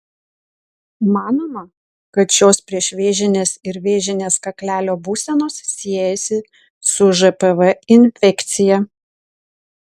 manoma kad šios priešvėžinės ir vėžinės kaklelio būsenos siejasi su žpv infekcija